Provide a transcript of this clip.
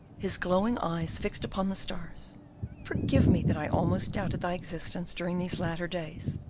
his glowing eyes fixed upon the stars forgive me that i almost doubted thy existence during these latter days,